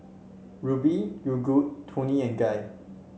Rubi Yogood Toni and Guy